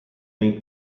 nei